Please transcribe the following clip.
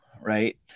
Right